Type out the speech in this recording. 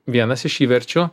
vienas iš įverčių